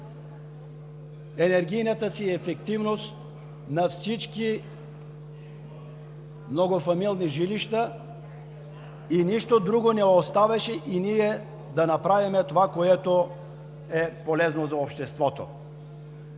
енергийната си ефективност с 20 милиарда на всички многофамилни жилища. Нищо друго не оставаше и ние да направим това, което е полезно за обществото.